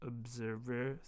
Observer